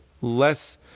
less